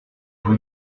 vous